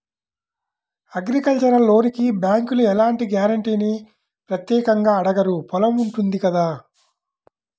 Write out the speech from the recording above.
agricultural లోనుకి బ్యేంకులు ఎలాంటి గ్యారంటీనీ ప్రత్యేకంగా అడగరు పొలం ఉంటుంది కదా